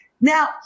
Now